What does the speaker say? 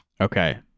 Okay